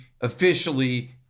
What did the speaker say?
officially